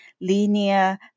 linear